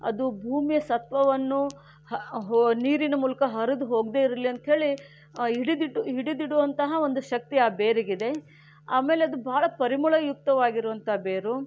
ಅದು ಭೂಮಿಯ ಸತ್ವವನ್ನು ಹ ಹೊ ನೀರಿನ ಮೂಲಕ ಹರಿದು ಹೋಗದೆ ಇರಲಿ ಅಂತ ಹೇಳಿ ಹಿಡಿದಿಡು ಹಿಡಿದಿಡೋವಂತಹ ಒಂದು ಶಕ್ತಿ ಆ ಬೇರಿಗಿದೆ ಆಮೇಲೆ ಅದು ಬಹಳ ಪರಿಮಳಯುಕ್ತವಾಗಿರುವಂಥ ಬೇರು